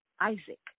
Isaac